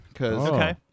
Okay